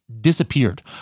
disappeared